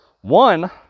One